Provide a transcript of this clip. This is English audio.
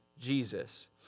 Jesus